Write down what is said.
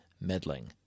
meddling